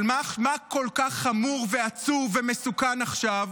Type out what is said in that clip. אבל מה כל כך חמור ועצוב ומסוכן עכשיו?